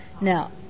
Now